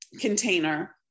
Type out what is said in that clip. container